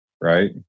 right